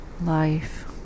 life